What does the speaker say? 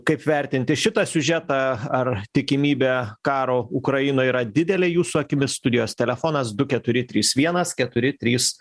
kaip vertinti šitą siužetą ar tikimybė karo ukrainoj yra didelė jūsų akimis studijos telefonas du keturi trys vienas keturi trys